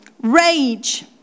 rage